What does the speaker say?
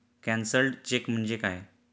Cancelled cheque म्हणजे काय?